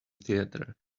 theatre